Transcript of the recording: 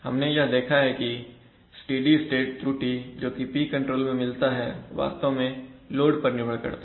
हमने यह देखा है कि स्टेडी स्टेट त्रुटि जोकि P कंट्रोल में मिलता है वास्तव में लोड पर निर्भर करता है